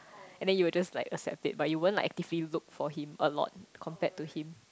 and then you'll just like accept it but you won't like actively look for him a lot compared to him